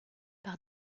par